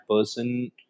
person